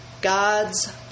God's